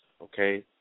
Okay